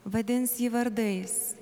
vadins jį vardais